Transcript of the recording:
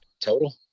Total